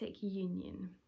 union